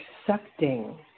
accepting